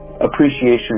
appreciation